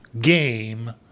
game